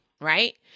right